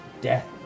Death